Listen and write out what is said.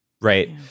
Right